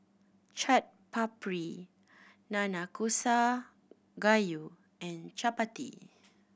Chaat Papri Nanakusa Gayu and Chapati